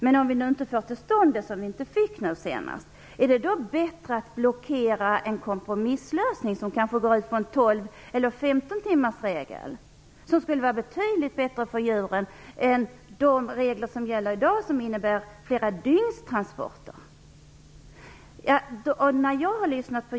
Men om vi inte får till stånd den, vilket vi inte fick nu senast, är det då bättre att blockera en kompromisslösning, som kanske går ut från en 12-15-timmarsregel? Det skulle vara betydligt bättre för djuren än de regler som gäller i dag, som innebär transporter på flera dygn.